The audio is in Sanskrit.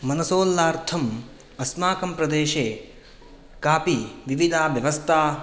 मनसोल्लार्थम् अस्माकं प्रदेशे कापि विविधा व्यवस्था